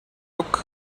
look